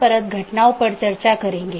आज हम BGP पर चर्चा करेंगे